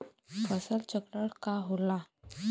फसल चक्रण का होला?